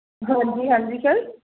ਹਾਂਜੀ ਹਾਂਜੀ ਸਰ